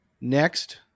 next